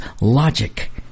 logic